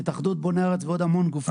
התאחדות בוני הארץ ועוד המון גופים.